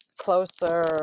closer